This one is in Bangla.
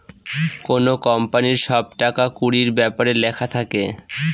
কোনো কোম্পানির সব টাকা কুড়ির ব্যাপার লেখা থাকে